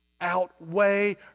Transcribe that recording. outweigh